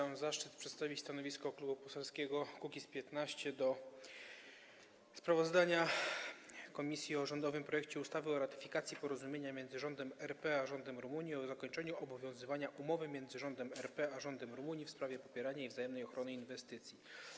Mam zaszczyt przedstawić stanowisko Klubu Poselskiego Kukiz’15 wobec sprawozdania komisji o rządowym projekcie ustawy o ratyfikacji Porozumienia między Rządem RP a Rządem Rumunii o zakończeniu obowiązywania Umowy między Rządem RP a Rządem Rumunii w sprawie popierania i wzajemnej ochrony inwestycji.